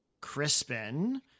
Crispin